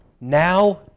Now